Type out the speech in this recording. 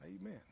Amen